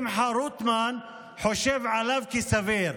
שמחה רוטמן, חושב עליו כסביר.